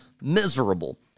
miserable